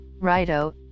Righto